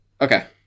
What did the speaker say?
Okay